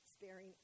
sparing